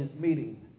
meeting